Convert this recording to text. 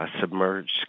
submerged